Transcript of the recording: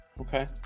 Okay